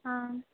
অঁ